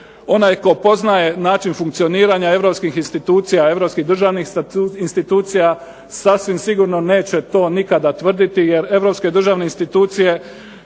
Onaj tko poznaje način funkcioniranja europskih institucija, europskih državnih institucija sasvim sigurno neće to nikada tvrditi jer europske državne institucije